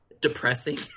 depressing